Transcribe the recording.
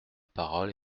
parole